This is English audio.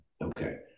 Okay